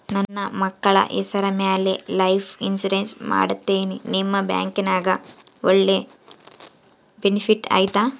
ನನ್ನ ಮಕ್ಕಳ ಹೆಸರ ಮ್ಯಾಲೆ ಲೈಫ್ ಇನ್ಸೂರೆನ್ಸ್ ಮಾಡತೇನಿ ನಿಮ್ಮ ಬ್ಯಾಂಕಿನ್ಯಾಗ ಒಳ್ಳೆ ಬೆನಿಫಿಟ್ ಐತಾ?